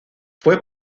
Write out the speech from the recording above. fue